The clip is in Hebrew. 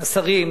השרים,